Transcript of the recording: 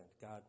God